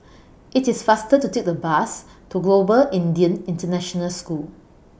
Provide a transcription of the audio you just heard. IT IS faster to Take The Bus to Global Indian International School